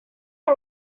car